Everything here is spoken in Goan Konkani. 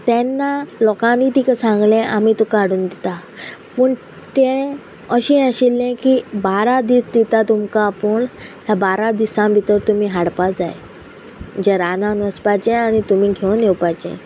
ते लोकांनी तिका सांगले आमी तुका हाडून दिता पूण तें अशें आशिल्लें की बारा दीस दिता तुमकां आपूण ह्या बारा दिसां भितर तुमी हाडपा जाय जे रान वचपाचे आनी तुमी घेवन येवपाचे